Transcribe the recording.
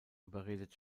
überredet